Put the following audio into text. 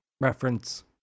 reference